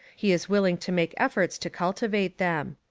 he is willing to make efforts to cultivate them.